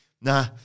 Nah